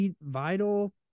Vital